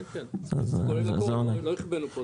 כן, כן, זה כולל הכול, לא החבאנו פה דברים.